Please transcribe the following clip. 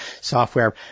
software